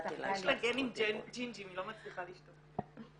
אפשר מילה?